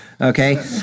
Okay